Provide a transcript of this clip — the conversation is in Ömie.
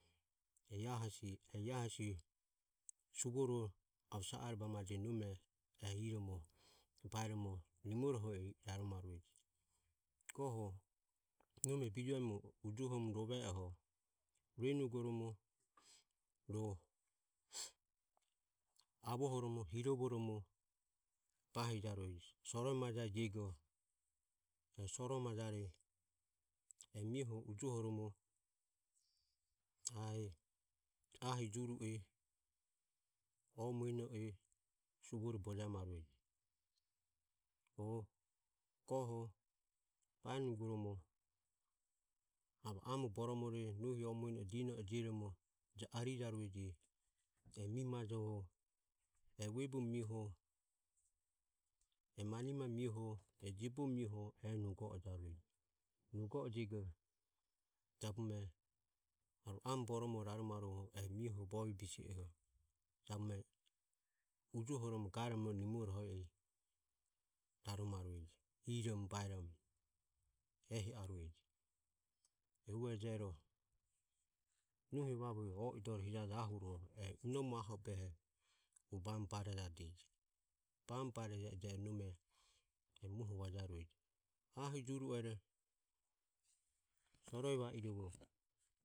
E a hesi suvore ave sa are bamade nome e iromo baeromo nimorohe i raromarueje. Goho nome bijuemo ujuoho rove oho ruenugoromo ro avohoromo hirovoromo bahijarueje soro majae jiego soro majae jiego e mioho ujuohoromo ahi juru e o mueno e suvore bojemarueje. O goho baenugoromo ave amo boromore nohi omueno e dino e jioromo arijarueje e mi majoho e vuebe mioho e manimae mioho e jiobo mioho nugo ojarueje. Nugo ojego jabume e amo boromore Bamobareje e raromaruoho e mioho bovi bise oho jabume ujuohoromo garomo nimorohe i raromarueje irom baeromo ehi arueje. Ehu ero nohi vavue o idore hijaje ahuro e inome aho obehe hu bamobarejade je ero nome e muoho vajarueje ahi juru ero soroe va irovo